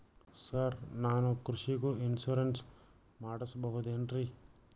Sir ನಾನು ಕೃಷಿಗೂ insurance ಮಾಡಸಬಹುದೇನ್ರಿ?